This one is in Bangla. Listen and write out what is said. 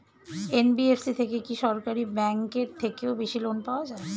এন.বি.এফ.সি থেকে কি সরকারি ব্যাংক এর থেকেও বেশি লোন পাওয়া যায়?